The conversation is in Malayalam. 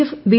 F B